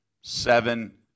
seven